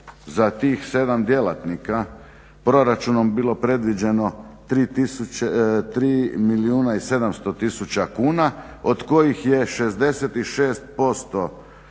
za tih 7 djelatnika proračunom bilo predviđeno 3 milijuna i 700 tisuća kuna, od kojih je 66%